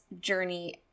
journey